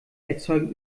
erzeugen